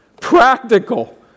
Practical